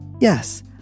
Yes